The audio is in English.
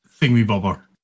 thingy-bobber